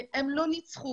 שהם לא ניצחו